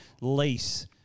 lease